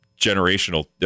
generational